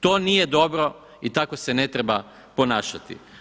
To nije dobro i tako se ne treba ponašati.